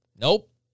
Nope